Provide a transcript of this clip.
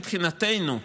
מבחינתנו,